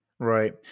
Right